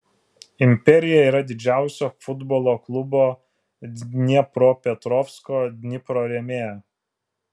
imperija yra didžiausia futbolo klubo dniepropetrovsko dnipro rėmėja